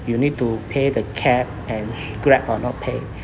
you need to pay the cab and grab or not pay